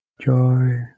Joy